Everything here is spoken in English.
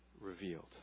revealed